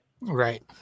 Right